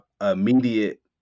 immediate